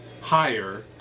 higher